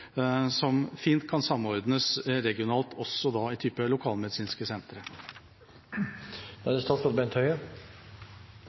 som fint kan samordnes regionalt også f.eks. i lokalmedisinske sentre. Regjeringen er